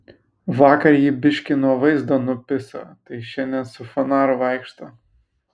vakar jį biškį nuo vaizdo nupiso tai šiandien su fanaru vaikšto